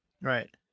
right